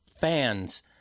fans